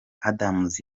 adams